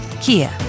Kia